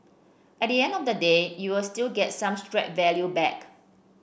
at the end of the day you'll still get some scrap value back